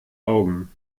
augen